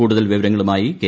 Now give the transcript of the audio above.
കൂടുതൽ വിവരങ്ങളുമായി കെ